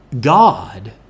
God